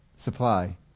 supply